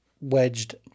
wedged